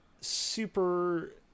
super